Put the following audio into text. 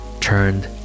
turned